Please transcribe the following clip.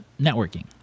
networking